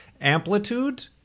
Amplitude